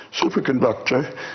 superconductor